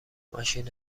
ماشین